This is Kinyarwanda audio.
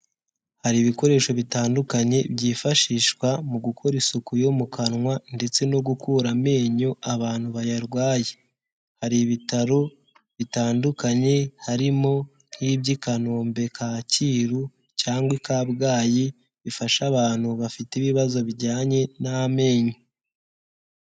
Hari ibikoresho bitandukanye byifashishwa mu gukora isuku yo mu kanwa ndetse no gukura amenyo abantu bayarwaye. Hari ibitaro bitandukanye, harimo nk'iby'i Kanombe, Kacyiru cyangwa i Kabgayi, bifasha abantu bafite ibibazo bijyanye n'amenyo.